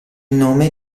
nome